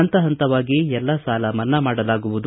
ಹಂತಹಂತವಾಗಿ ಎಲ್ಲ ಸಾಲ ಮನ್ನಾ ಮಾಡಲಾಗುವುದು